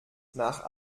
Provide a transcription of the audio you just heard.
nach